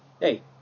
hey